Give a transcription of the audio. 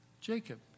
Jacob